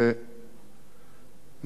מעלו קצת באמונו,